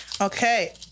Okay